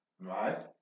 Right